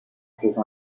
saison